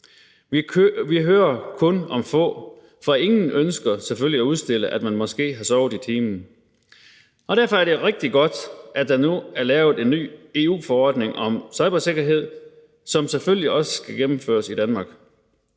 Vi hører kun om få, for ingen ønsker selvfølgelig at udstille, at man måske har sovet i timen. Og derfor er det rigtig godt, at der nu er lavet en ny EU-forordning om cybersikkerhed, som selvfølgelig også skal gennemføres i Danmark.